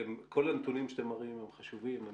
כל הנתונים שאתם מראים הם חשובים.